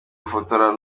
gufotora